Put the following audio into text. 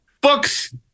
books